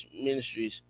Ministries